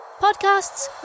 podcasts